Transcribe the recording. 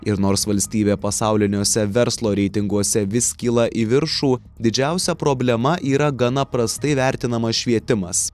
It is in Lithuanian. ir nors valstybė pasauliniuose verslo reitinguose vis kyla į viršų didžiausia problema yra gana prastai vertinamas švietimas